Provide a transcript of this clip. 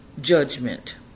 judgment